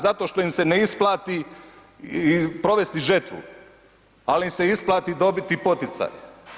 Zato jer im se isplatu provesti žetvu, ali im se isplati dobiti poticaj.